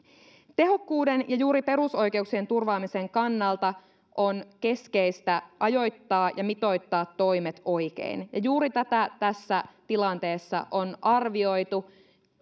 tehokkuuden ja juuri perusoikeuksien turvaamisen kannalta on keskeistä ajoittaa ja mitoittaa toimet oikein ja juuri tätä tässä tilanteessa on arvioitu